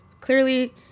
clearly